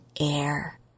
air